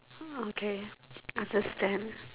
oh okay understand